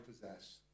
possess